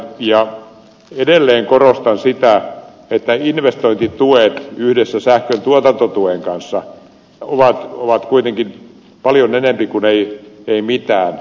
ja edelleen korostan sitä että investointituet yhdessä sähkön tuotantotuen kanssa ovat kuitenkin paljon enempi kuin ei mitään